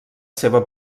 seva